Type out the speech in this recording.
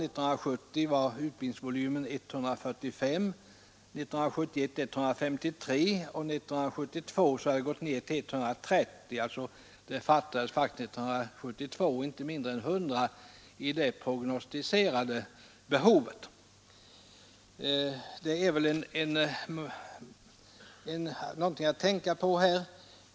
1970 var den 145, 1971 var den 153 och 1972 hade den gått ned till 130. Det fattades faktiskt inte mindre än 100 i det prognostiserade behovet. Det är väl något att tänka på.